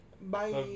Bye